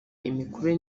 imikurire